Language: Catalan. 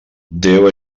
déu